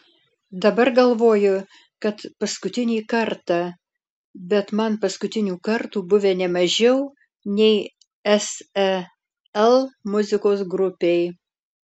dabar galvoju kad paskutinį kartą bet man paskutinių kartų buvę ne mažiau nei sel muzikos grupei